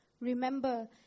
Remember